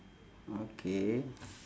okay